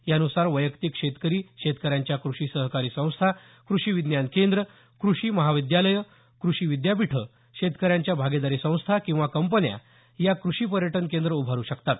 यानुसार वैयक्तिक शेतकरी शेतकऱ्यांच्या क्रषी सहकारी संस्था क्रषी विज्ञान केंद्र क्रषी महाविद्यालये कृषी विद्यापीठे शेतकऱ्यांच्या भागीदारी संस्था किंवा कंपन्या या कृषी पर्यटन केंद्र उभारु शकतात